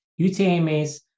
UTMAs